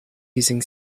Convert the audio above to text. using